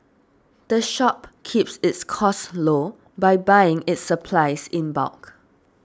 the shop keeps its costs low by buying its supplies in bulk